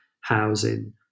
housing